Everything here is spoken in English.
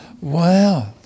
Wow